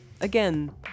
again